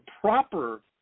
proper